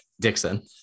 Dixon